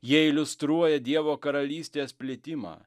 jie iliustruoja dievo karalystės plitimą